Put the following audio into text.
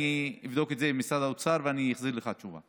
אני אבדוק את זה עם משרד האוצר ואני אחזיר לך תשובה.